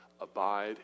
Abide